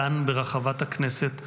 כאן ברחבת הכנסת,